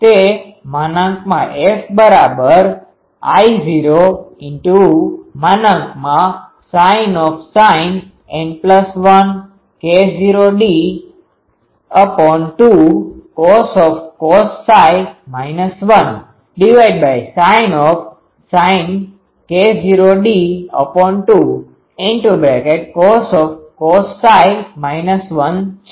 તે FI૦sin N12K૦d sin K૦d2 છે